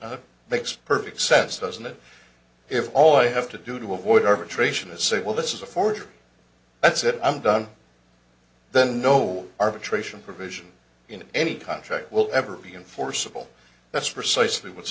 exist makes perfect sense doesn't it if all i have to do to avoid arbitration is say well this is a forgery that's it i'm done then no arbitration provision in any contract will ever be enforceable that's